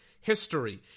history